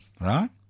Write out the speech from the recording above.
right